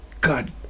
God